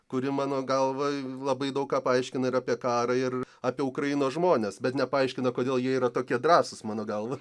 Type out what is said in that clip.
kuri mano galva labai daug ką paaiškina ir apie karą ir apie ukrainos žmones bet nepaaiškina kodėl jie yra tokie drąsūs mano galva